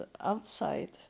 outside